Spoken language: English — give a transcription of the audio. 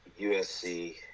USC